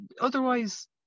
Otherwise